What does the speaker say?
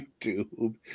YouTube